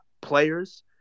players